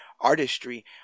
artistry